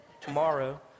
tomorrow